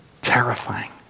Terrifying